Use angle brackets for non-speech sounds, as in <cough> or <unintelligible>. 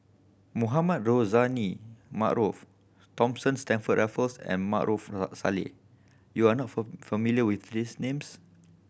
Mohamed Rozani Maarof Thomas Stamford Raffles and Maarof Salleh you are not <unintelligible> familiar with these names